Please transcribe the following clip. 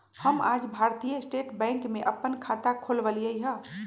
हम आज भारतीय स्टेट बैंक में अप्पन खाता खोलबईली ह